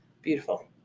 beautiful